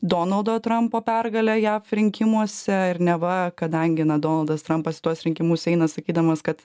donaldo trampo pergalę jav rinkimuose ir neva kadangi na donaldas trampas į tuos rinkimus eina sakydamas kad